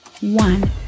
one